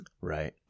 Right